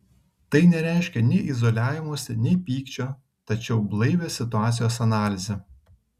tai nereiškia nei izoliavimosi nei pykčio tačiau blaivią situacijos analizę